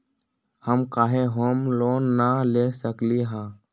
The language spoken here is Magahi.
हम काहे होम लोन न ले सकली ह?